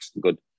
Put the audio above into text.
good